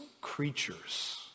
creatures